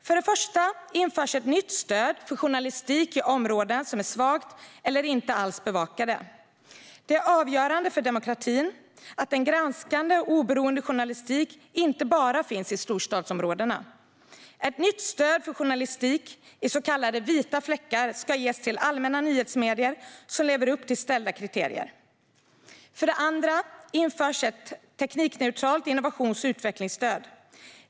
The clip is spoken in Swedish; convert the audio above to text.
För det första införs ett nytt stöd för journalistik i områden som är svagt eller inte alls bevakade. Det är avgörande för demokratin att en granskande och oberoende journalistik inte bara finns i storstadsområdena. Ett nytt stöd för journalistik i så kallade vita fläckar ska ges till allmänna nyhetsmedier som lever upp till ställda kriterier. För det andra införs ett teknikneutralt innovations och utvecklingsstöd.